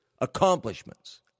accomplishments